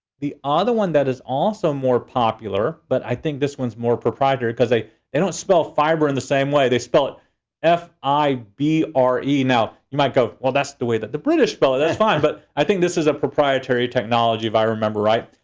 the other one that is also more popular, but i think this one's more proprietary, cuz they they don't spell fiber in the same way, they spell it f i b r e. now you might go, well, that's the way that the british spell it, and that's fine. but i think this is a proprietary technology, if i remember right.